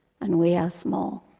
and we are small.